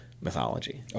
mythology